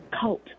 cult